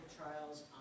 trials